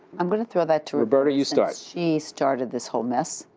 i'm going to throw that to roberta, you start. she started this whole mess.